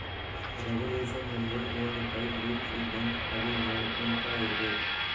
regulation ಆಂದುರ್ ಒಂದ್ type rules ಇದ್ದಂಗ ಅದು ನೊಡ್ಕೊಂತಾ ಇರ್ಬೇಕ್